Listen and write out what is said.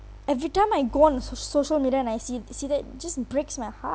every time I go on so~ social media and I see see that it just breaks my heart